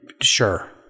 Sure